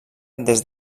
des